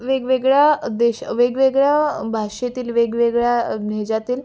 वेगवेगळ्या देशा वेगवेगळ्या भाषेतील वेगवेगळ्या ह्याच्यातील